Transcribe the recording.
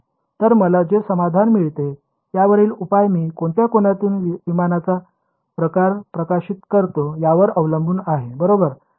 तर मला जे समाधान मिळते त्यावरील उपाय मी कोणत्या कोनातून विमानाचा प्रकार प्रकाशित करतो यावर अवलंबून आहे बरोबर